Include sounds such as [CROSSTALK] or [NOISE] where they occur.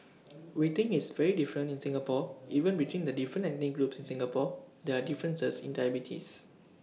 [NOISE] we think it's very different in Singapore even between the different ethnic groups in Singapore there are differences in diabetes